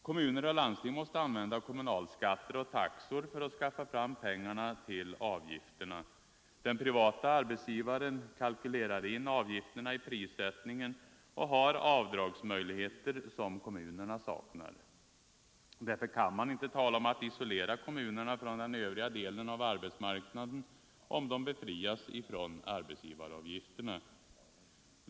Kommuner och landsting måste använda kommunalskatter och taxor för att skaffa fram pengarna till avgifterna. Den privata arbetsgivaren kalkylerar in avgifterna i prissättningen och har avdragsmöjligheter som kommunerna saknar. Därför kan man inte tala om att isolera kommunerna från den övriga delen av arbetsmarknaden, om de befrias från arbetsgivaravgifterna.